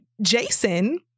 Jason